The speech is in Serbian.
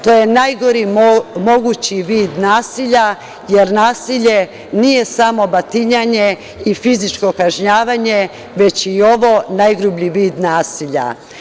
To je najgori mogući vid nasilja, jer nasilje nije samo batinanje i fizičko kažnjavanje, već je i ovo najgrublji vid nasilja.